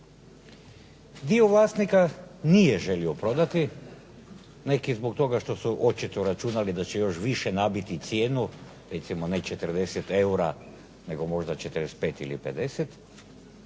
Dio vlasnika nije želio prodati, neki zbog toga što su očito računali da će još više nabiti cijenu, recimo ne 40 eura, nego možda 45 ili 50,